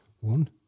one